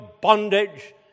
bondage